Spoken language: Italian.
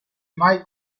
mai